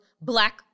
black